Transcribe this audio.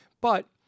but-